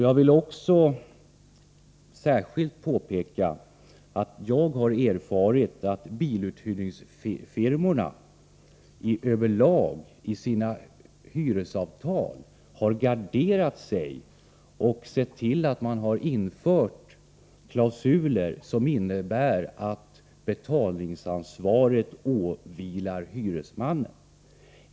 Jag vill särskilt påpeka att jag har erfarit att biluthyrningsfirmorna över lag i sina hyresavtal har garderat sig och sett till att det finns klausuler som innebär att betalningsansvaret åvilar hyresmannen.